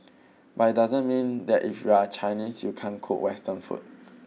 but it doesn't mean that if you are Chinese you can't cook western food